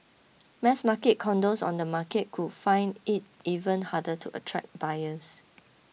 mass market condos on the market could find it even harder to attract buyers